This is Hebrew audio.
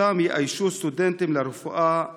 שאותם יאיישו סטודנטים לרפואה וסיעוד.